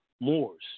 Moors